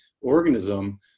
organism